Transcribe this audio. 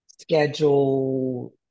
schedule